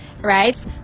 Right